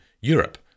Europe